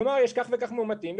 לומר: יש כך וכך מאומתים,